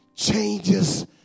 changes